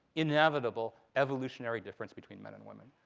inevitable, evolutionary difference between men and women.